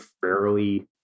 fairly